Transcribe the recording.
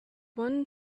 one